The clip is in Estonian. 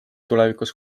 tulevikus